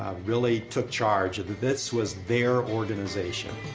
really took charge, that this was their organization.